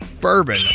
bourbon